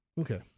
Okay